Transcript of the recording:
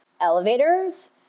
elevators